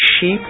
sheep